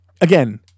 again